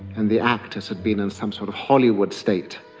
and the actors had been in some sort of hollywood state,